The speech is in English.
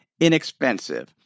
inexpensive